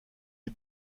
des